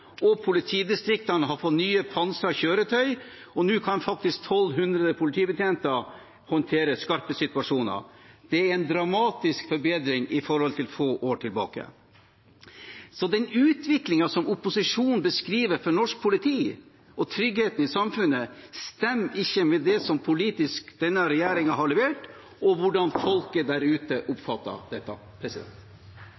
Politidistriktene har fått nye pansrede kjøretøy, og nå kan faktisk 1 200 politibetjenter håndtere skarpe situasjoner. Det er en dramatisk forbedring i forhold til få år tilbake. Den utviklingen som opposisjonen beskriver for norsk politi og tryggheten i samfunnet, stemmer ikke med det som denne regjeringen har levert politisk, eller hvordan folket der ute